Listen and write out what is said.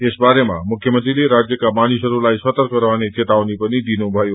यस बारेमा मुख्य मंत्रीले राज्यका मानिसहरूलाई सर्तक रहने चेतावनी पनि दिनुभयो